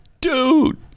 dude